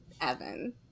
Evan